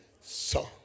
song